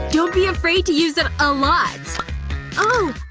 don't be afraid to use it a lot oh.